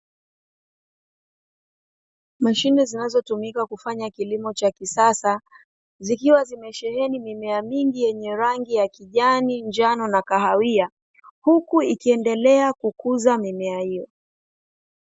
Mashine zinazotumika kufanya kilimo cha kisasa, zikiwa zimesheheni mimea mingi yenye rangi ya kijani, njano, na kahawia, huku ikiendelea kukuza mimea hiyo.